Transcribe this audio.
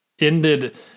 ended